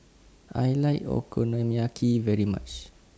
I like Okonomiyaki very much